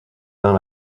dans